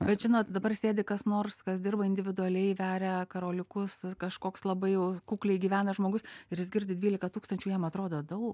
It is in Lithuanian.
bet žinot dabar sėdi kas nors kas dirba individualiai veria karoliukus kažkoks labai jau kukliai gyvena žmogus ir jis girdi dvylika tūkstančių jam atrodo daug